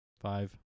Five